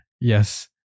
Yes